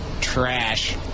trash